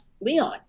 Leon